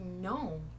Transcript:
No